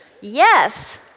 Yes